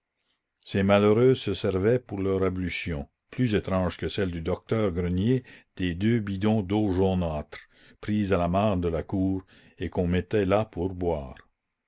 ces malheureuses se servaient pour leurs ablutions plus étranges que celles du docteur grenier des deux bidons d'eau jaunâtre prise à la mare de la cour et qu'on mettait là pour boire